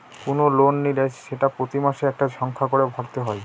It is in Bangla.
কোনো লোন নিলে সেটা প্রতি মাসে একটা সংখ্যা করে ভরতে হয়